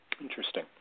Interesting